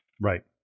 Right